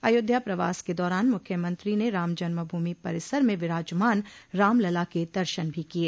अयोध्या प्रवास के दौरान मुख्यमंत्री ने रामजन्मभूमि परिसर में विराजमान रामलला के दर्शन भी किये